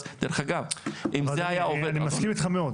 אני מסכים איתך מאוד.